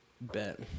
Bet